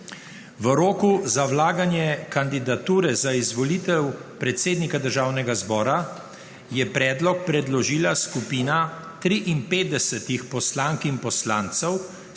V roku za vlaganje kandidature za izvolitev predsednika Državnega zbora je predlog predložila skupina 53 poslank in poslancev